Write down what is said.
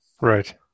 right